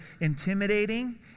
intimidating